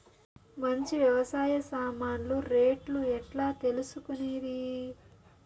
మంచి వ్యవసాయ సామాన్లు రేట్లు ఎట్లా తెలుసుకునేది?